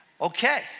okay